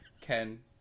Ken